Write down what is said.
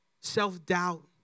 Self-doubt